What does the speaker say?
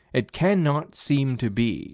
it cannot seem to be